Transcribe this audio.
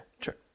sure